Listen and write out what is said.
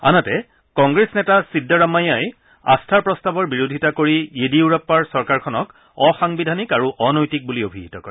আনহাতে কংগ্ৰেছ নেতা ছিদ্দাৰামায়াই আস্থাৰ প্ৰস্তাৱৰ বিৰোধিতা কৰি য়েডিয়ুৰাপ্পাৰ চৰকাৰখনক অসাংবিধানিক আৰু অনৈতিক বুলি অভিহিত কৰে